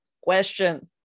question